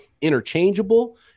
interchangeable